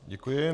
Děkuji.